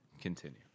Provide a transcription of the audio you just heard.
continue